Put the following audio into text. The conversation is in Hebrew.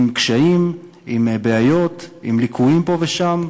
עם קשיים, עם בעיות, עם ליקויים פה ושם,